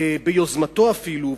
ביוזמתו אפילו,